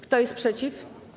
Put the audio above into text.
Kto jest przeciw?